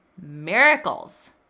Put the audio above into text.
miracles